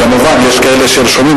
כמובן יש רשומים,